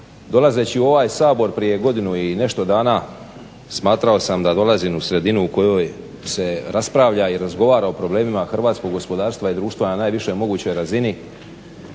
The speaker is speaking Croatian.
dolazeći u ovaj Sabor prije godinu i nešto dana smatrao sam da dolazim u sredinu u kojoj se raspravlja i razgovara o problemima hrvatskog gospodarstva i društva na najvišoj mogućoj razini,